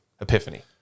epiphany